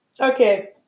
Okay